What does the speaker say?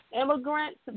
immigrants